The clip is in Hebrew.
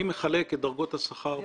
אני מחלק את דרגות השכר.